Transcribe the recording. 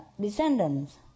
descendants